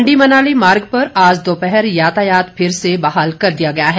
मंडी मनाली मार्ग पर आज दोपहर यातायात फिर से बहाल कर दिया गया है